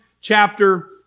chapter